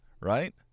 right